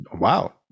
wow